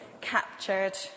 captured